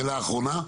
ההערה הבאה.